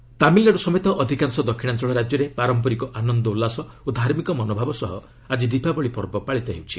festival Tamil Nadu ସମେତ ଅଧିକାଂଶ ଦକ୍ଷିଣାଞ୍ଚଳ ରାଜ୍ୟରେ ପାରମ୍ପରିକ ଆନନ୍ଦ ଉଲ୍ଲାସ ଓ ଧାର୍ମିକ ମନୋଭାବ ସହ ଆଜି ଦୀପାବଳି ପର୍ବ ପାଳିତ ହେଉଛି